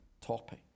topic